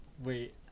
wait